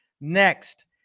next